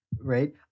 right